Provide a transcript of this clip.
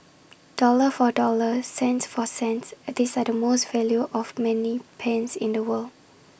dollar for dollar cent for cent these are the most value of money pens in the world